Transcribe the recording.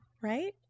right